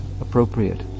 appropriate